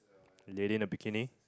lady in the bikini